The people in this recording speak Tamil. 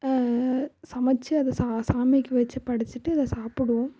சமச்சு அதை சா சாமிக்கு வெச்சு படைச்சிட்டு அதை சாப்பிடுவோம்